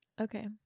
Okay